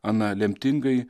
aną lemtingąjį